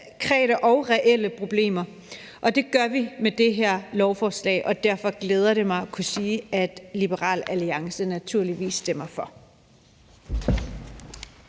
konkrete og reelle problemer, og det gør vi med det her lovforslag. Derfor glæder det mig at kunne sige, at Liberal Alliance naturligvis stemmer for